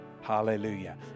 Hallelujah